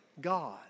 God